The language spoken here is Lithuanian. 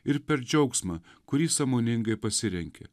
ir per džiaugsmą kurį sąmoningai pasirenki